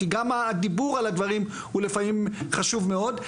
כי גם הדיבור על הדברים הוא לפעמים חשוב מאוד.